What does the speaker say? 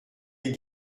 les